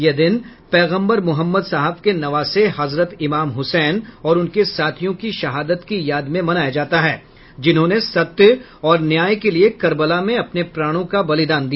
यह दिन पैगंबर मोहम्मद साहब के नवासे हजरत इमाम हुसैन और उनके साथियों की शहादत की याद में मनाया जाता है जिन्होंने सत्य और न्याय के लिए कर्बला में अपने प्राणों का बलिदान दिया